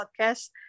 podcast